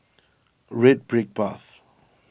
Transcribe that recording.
Red Brick Path